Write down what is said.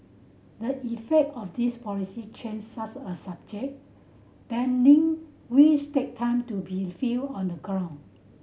the effect of these policy changes such as subject banding wish take time to be felt on the ground